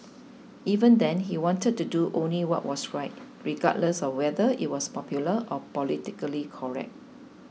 even then he wanted to do only what was right regardless of whether it was popular or politically correct